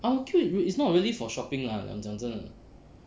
ang mo kio is not really for shopping lah 讲真的